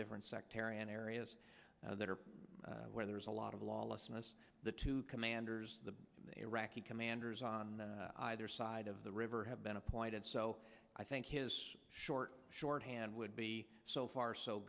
different sectarian areas that are where there is a lot of lawlessness the two commanders the iraqi commanders on either side of the river have been appointed so i think his short short hand would be so far so